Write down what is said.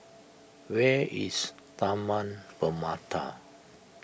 where is Taman Permata